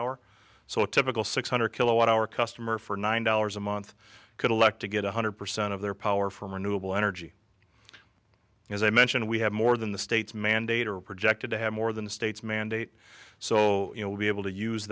hour so a typical six hundred kilowatt hour customer for nine dollars a month could elect to get one hundred percent of their power from renewable energy and as i mentioned we have more than the states mandate are projected to have more than the states mandate so you know we'll be able to use